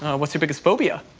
what's your biggest phobia?